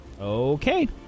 Okay